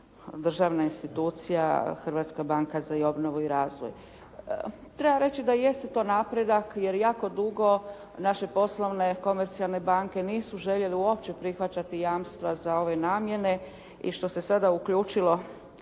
državna institucija Hrvatska banka za obnovu i razvoj. Treba reći da jeste to napredak jer jako dugo naše poslovne komercijalne banke nisu željele uopće prihvaćati jamstva za ove namjene i što se sada uključilo